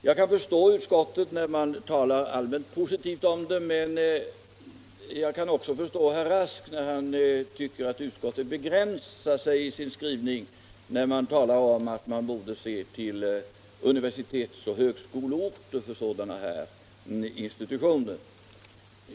Jag kan förstå utskottet, när man talar allmänt positivt om utvecklingscentra, men jag kan också förstå herr Rask när han tycker att utskottet begränsar sig i sin skrivning genom att framhålla att man borde inrikta sig på universitetsoch högskoleorter för sådana här institutioner.